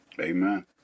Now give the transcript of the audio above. Amen